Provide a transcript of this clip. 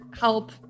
help